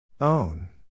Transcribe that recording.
Own